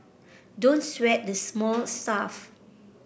don't sweat the small stuff